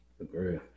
agree